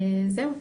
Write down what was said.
זהו.